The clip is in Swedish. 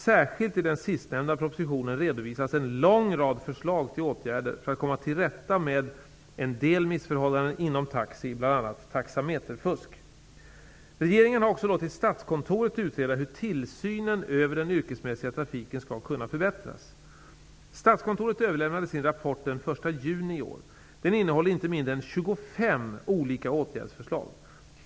Särskilt i den sistnämnda propositionen redovisas en lång rad förslag till åtgärder för att komma till rätta med en del missförhållanden inom taxi, bl.a. Regeringen har också låtit Statskontoret utreda hur tillsynen över den yrkesmässiga trafiken skall kunna förbättras. Statskontoret överlämnade sin rapport den 1 juni i år. Den innehåller inte mindre än 25 olika åtgärdsförslag.